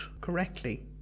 correctly